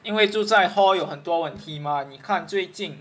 因为住在 hall 有很多问题 mah 你看最近